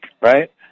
right